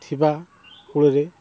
ଥିବା କୂଳରେ